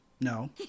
No